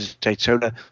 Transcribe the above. Daytona